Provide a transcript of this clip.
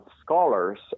scholars